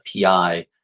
PI